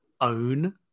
own